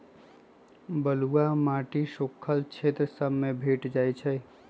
बलुआ माटी सुख्खल क्षेत्र सभ में भेंट जाइ छइ